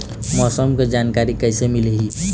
मौसम के जानकारी किसे मिलही?